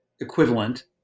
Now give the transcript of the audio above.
equivalent